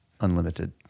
unlimited